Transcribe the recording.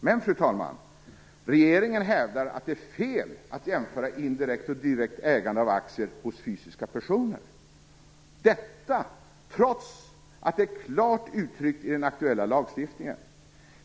Men, fru talman, regeringen hävdar att det är fel att jämföra indirekt och direkt ägande av aktier hos fysiska personer - detta trots att det klart uttrycks i den aktuella lagstiftningen!